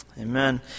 Amen